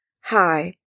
Hi